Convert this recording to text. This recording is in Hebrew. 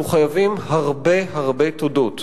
אנחנו חייבים הרבה הרבה תודות